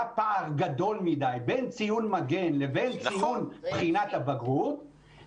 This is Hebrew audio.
פער גדול מדי בין ציון מגן לבין ציון בחינת הבגרות,